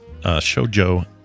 shojo